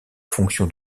fonction